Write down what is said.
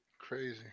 Crazy